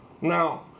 Now